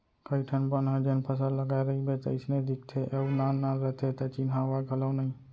कइ ठन बन ह जेन फसल लगाय रइबे तइसने दिखते अउ नान नान रथे त चिन्हावय घलौ नइ